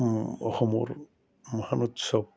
অসমৰ মহান উৎসৱ